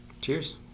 Cheers